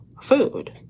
food